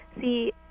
see